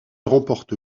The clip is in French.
remporte